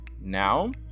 now